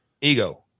ego